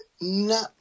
no